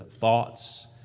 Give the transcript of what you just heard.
thoughts